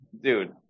dude